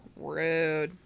Rude